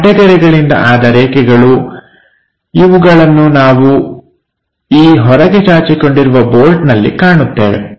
ಅಡ್ಡ ಗೆರೆಗಳಿಂದ ಆದ ರೇಖೆಗಳು ಇವುಗಳನ್ನು ನಾವು ಈ ಹೊರಗೆ ಚಾಚಿಕೊಂಡಿರುವ ಬೋಲ್ಟ್ನಲ್ಲಿ ಕಾಣುತ್ತೇವೆ